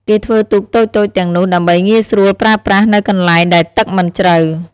គេធ្វើទូកតូចៗទាំងនោះដើម្បីងាយស្រួលប្រើប្រាស់នៅកន្លែងដែលទឹកមិនជ្រៅ។